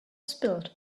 spilled